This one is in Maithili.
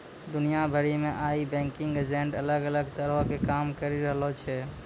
दुनिया भरि मे आइ बैंकिंग एजेंट अलग अलग तरहो के काम करि रहलो छै